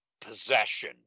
possession